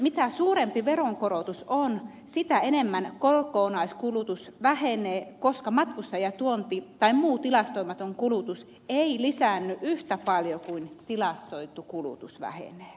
mitä suurempi veronkorotus on sitä enemmän kokonaiskulutus vähenee koska matkustajatuonti tai muu tilastoimaton kulutus ei lisäänny yhtä paljon kuin tilastoitu kulutus vähenee